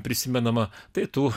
prisimenama tai tų